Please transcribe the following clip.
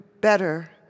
better